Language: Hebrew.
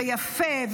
יפה,